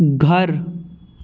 घर